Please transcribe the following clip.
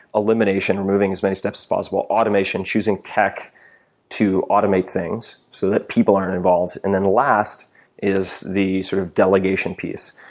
elimination, removing as many steps as possible, automation, choosing tech to automate things so that people aren't involved. and then last is the sort of delegation piece,